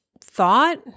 thought